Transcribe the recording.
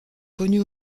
connue